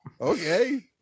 okay